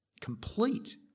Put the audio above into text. complete